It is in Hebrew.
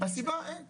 הסיבה אין תקציב,